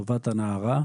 טובת הנערה,